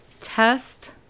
test